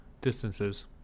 distances